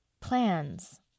plans